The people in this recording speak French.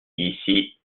ici